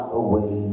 away